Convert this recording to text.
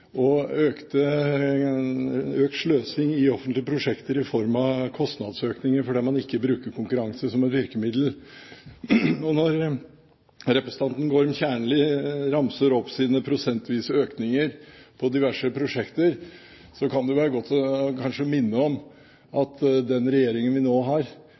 og økt sløsing i offentlige prosjekter i form av kostnadsøkninger fordi man ikke bruker konkurranse som et virkemiddel. Når representanten Gorm Kjernli ramser opp sine prosentvise økninger på diverse prosjekter, kan det kanskje være godt å minne om at den regjeringen vi nå har,